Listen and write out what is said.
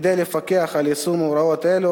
כדי לפקח על יישום הוראות אלה,